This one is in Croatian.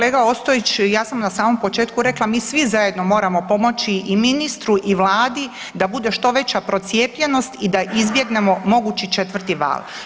Kolega Ostojić ja sam na samom početku rekla mi svi zajedno moramo pomoći i ministru i Vladi da bude što veća procijepljenost i da izbjegnemo mogući četvrti val.